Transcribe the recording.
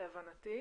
להבנתי.